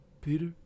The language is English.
Peter